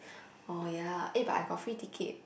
orh ya eh but I got free ticket